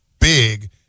big